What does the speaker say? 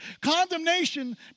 Condemnation